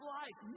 life